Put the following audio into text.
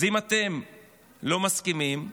אז אם אתם לא מסכימים,